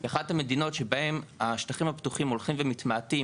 אחת המדינות שבהן השטחים הפתוחים הולכים ומתמעטים